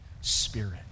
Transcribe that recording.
Spirit